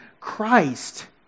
Christ